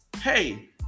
Hey